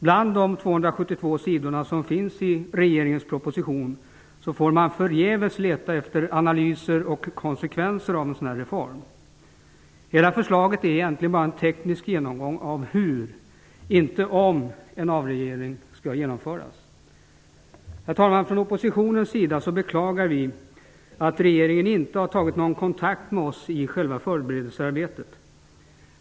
Bland de 272 sidor som finns i regeringens proposition får man förgäves leta efter analyser och konsekvenser av en sådan reform. Hela förslaget är egentligen bara en teknisk genomgång av hur, inte om, en avreglering skall genomföras. Herr talman! Vi i oppositionen beklagar att regeringen inte tagit kontakt med oss i förberedelsearbetet.